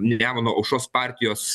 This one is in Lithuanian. nemuno aušros partijos